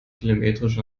telemetrisch